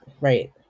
right